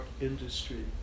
industry